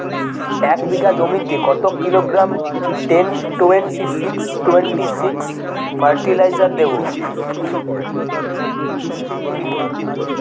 এক বিঘা জমিতে কত kilogram ten twenty six twenty six fertiliser দেবো?